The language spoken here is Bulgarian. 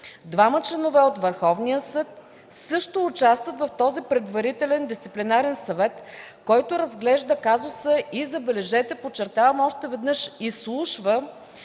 двама членове от Върховния съд също участват в този предварителен Дисциплинарен съвет. Той разглежда казуса, и забележете, подчертавам още веднъж, изслушва